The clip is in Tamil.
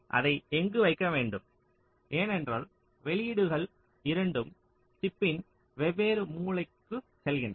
அதை எங்கு வைக்க வேண்டும் ஏனென்றால் வெளியீடுகள் இரண்டும் சிப்பின் வெவ்வேறு மூலைக்கு செல்கின்றன